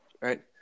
Right